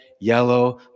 yellow